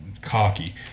cocky